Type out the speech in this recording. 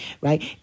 right